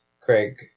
craig